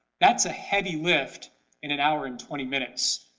that's a heavy lift in an hour and twenty minutes.